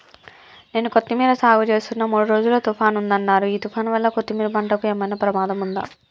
నేను కొత్తిమీర సాగుచేస్తున్న మూడు రోజులు తుఫాన్ ఉందన్నరు ఈ తుఫాన్ వల్ల కొత్తిమీర పంటకు ఏమైనా ప్రమాదం ఉందా?